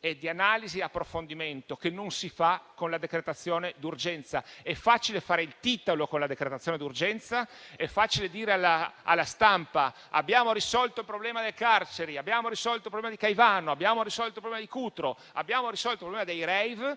di analisi e di approfondimento, che non sono possibili con la decretazione d'urgenza. È facile fare il titolo con la decretazione d'urgenza. È facile dire alla stampa: abbiamo risolto il problema delle carceri, abbiamo risolto il problema di Caivano, abbiamo risolto il problema di Cutro e abbiamo risolto il problema dei *rave*,